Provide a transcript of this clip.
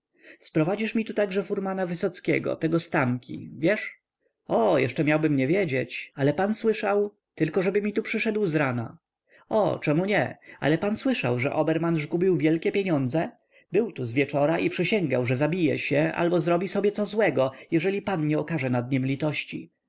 sprowadzisz mi także furmana wysockiego tego z tamki wiesz o jeszcze nie miałbym wiedzieć ale pan słyszał tylko żeby mi tu przyszedł zrana o czemu nie ale pan słyszał że oberman żgubił wielkie pieniądze był tu zwieczora i przysięgał że zabije się albo zrobi sobie co złego jeżeli pan nie okaże nad nim litości